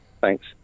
thanks